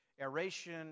aeration